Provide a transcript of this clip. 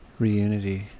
Reunity